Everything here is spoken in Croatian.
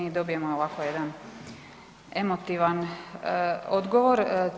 Dobijemo ovako jedan emotivan odgovor.